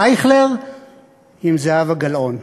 אייכלר עם זהבה גלאון.